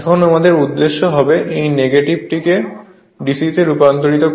এখন আমাদের উদ্দেশ্য হবে এই নেগেটিভকে DC তে রূপান্তর করা